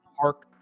park